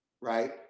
Right